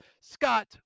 Scott